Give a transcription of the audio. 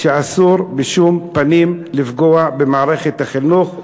ואסור בשום פנים לפגוע במערכת החינוך,